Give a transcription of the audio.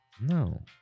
no